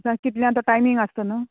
कितल्या तो टायमींग आसत न्हू